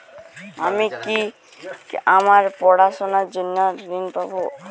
আমি কি আমার পড়াশোনার জন্য ঋণ পাব?